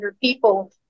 people